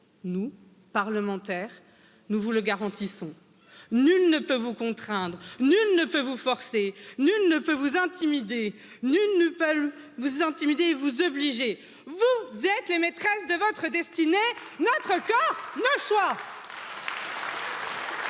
nous parlementaires, nous vous le garantissons nul? Nee peut vous contraindre, nul ne peut vous forcer, nul nee peut vous intimider, null nee peut vous intimider, vous obliger, vous êtes les maîtresses de votre destinée. Notre cœur, nos choix?